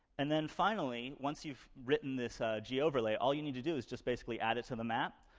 and then finally, once you've written this goverlay, all you need to do is just, basically, add it to the map,